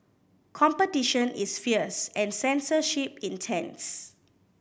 competition is fierce and censorship intense